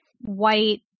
white